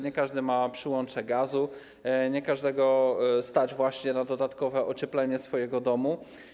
Nie każdy ma przyłącze gazu, nie każdego stać właśnie na dodatkowe ocieplenie swojego domu.